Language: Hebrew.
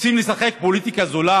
רוצים לשחק פוליטיקה זולה?